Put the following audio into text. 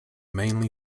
mainly